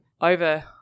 over